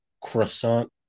croissant